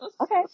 okay